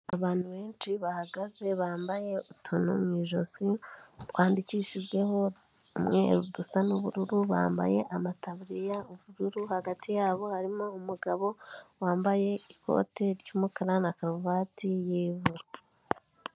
Abantu benshi bahagaze, bambaye utuntu mu ijosi, twandikishijweho umweru dusa n'ubururu, bambaye amataburiya ubururu, hagati yabo harimo umugabo, wambaye ikote ry'umukara na karuvati y'ivu.